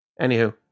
Anywho